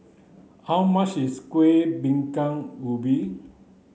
how much is kuih bingka ubi